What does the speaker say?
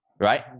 right